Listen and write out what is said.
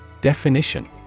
Definition